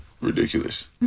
ridiculous